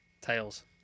Tails